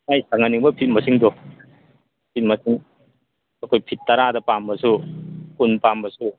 ꯃꯥꯏ ꯁꯥꯡꯍꯟꯅꯤꯡꯕ ꯐꯤꯠ ꯃꯁꯤꯡꯗꯣ ꯐꯤꯠ ꯃꯁꯤꯡ ꯑꯩꯈꯣꯏ ꯐꯤꯠ ꯇꯔꯥꯗ ꯄꯥꯝꯃꯁꯨ ꯀꯨꯟ ꯄꯥꯝꯃꯁꯨ